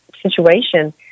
situation